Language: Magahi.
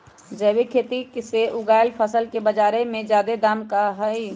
जैविक खेती से उगायल फसल के बाजार में जादे दाम हई